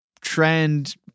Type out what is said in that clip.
trend